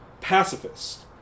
pacifist